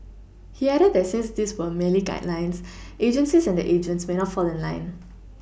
he added that since these were merely guidelines agencies and their agents may not fall in line